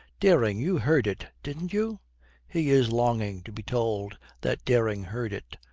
dering, you heard it, didn't you he is longing to be told that dering heard it.